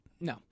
No